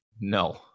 No